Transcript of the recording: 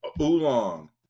Oolong